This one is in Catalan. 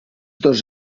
dos